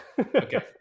Okay